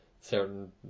certain